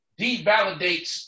devalidates